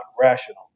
rational